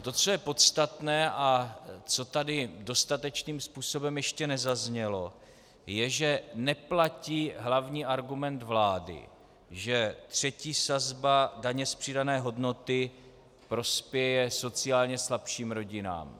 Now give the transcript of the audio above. To, co je podstatné a co tady dostatečným způsobem ještě nezaznělo, je, že neplatí hlavní argument vlády, že třetí sazba DPH prospěje sociálně slabším rodinám.